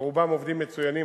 ורובם עובדים מצוינים,